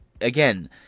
again